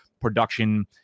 production